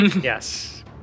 Yes